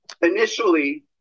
Initially